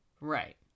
Right